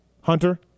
hunter